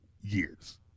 years